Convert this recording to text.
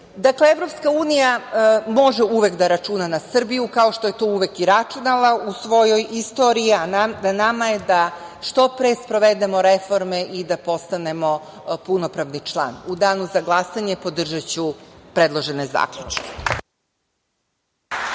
evra. Dakle, EU može uvek da računa na Srbiju, kao što je to uvek i računala u svojoj istoriji, a na nama je da što pre sprovedemo reforme i da postanemo punopravni član.U danu za glasanje podržaću predložene zaključke. **Ivica